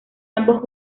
ambos